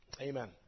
Amen